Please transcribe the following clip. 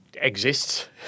exists